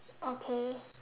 okay